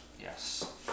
Yes